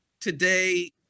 today